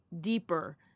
deeper